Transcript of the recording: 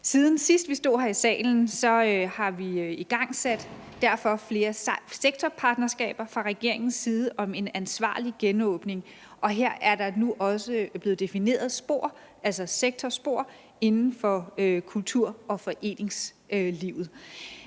Siden vi sidst stod her i salen, har vi fra regeringens side igangsat flere sektorpartnerskaber om en ansvarlig genåbning. Her er der nu også bliver defineret spor, altså sektorspor, inden for kultur- og foreningslivet.